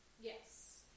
Yes